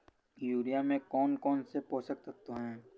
Urea में कौन कौन से पोषक तत्व है?